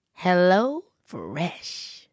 HelloFresh